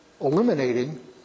eliminating